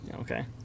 Okay